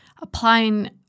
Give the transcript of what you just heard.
applying